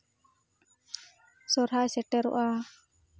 ᱥᱟᱨᱦᱟᱭ ᱥᱮᱴᱮᱨᱚᱜᱼᱟ